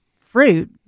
fruit